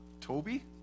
Toby